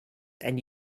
and